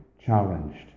challenged